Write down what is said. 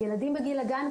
ילדים בגיל הגן,